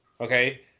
okay